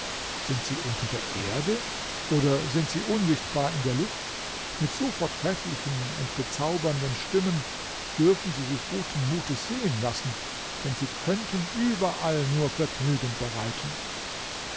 sind sie unter der erde oder sind sie unsichtbar in der luft mit so vortrefflichen und bezaubernden stimmen dürfen sie sich guten mutes sehen lassen denn sie könnten überall nur vergnügen bereiten